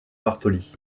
bartoli